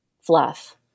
fluff